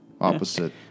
opposite